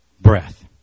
breath